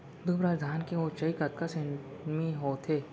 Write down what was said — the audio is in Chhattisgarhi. दुबराज धान के ऊँचाई कतका सेमी होथे?